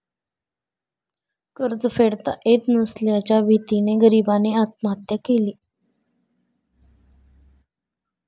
कर्ज फेडता येत नसल्याच्या भीतीने गरीबाने आत्महत्या केली